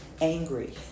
angry